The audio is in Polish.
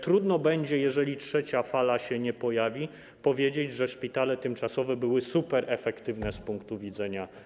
Trudno będzie, jeżeli trzecia fala się nie pojawi, powiedzieć, że szpitale tymczasowe były superefektywne z finansowego punktu widzenia.